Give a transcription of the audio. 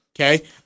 okay